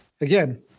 again